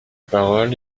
parole